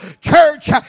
Church